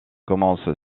commence